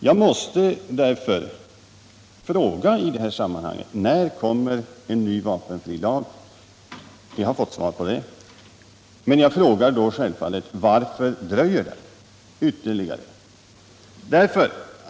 Jag måste därför i detta sammanhang fråga när en ny vapenfrilag kommer, och jag har fått svar. Men sedan frågar jag självfallet varför den dröjer ytterligare.